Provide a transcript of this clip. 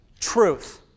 Truth